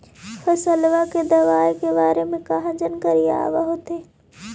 फसलबा के दबायें के बारे मे कहा जानकारीया आब होतीन?